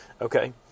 Okay